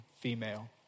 female